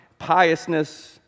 piousness